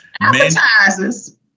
Appetizers